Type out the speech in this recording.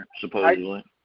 supposedly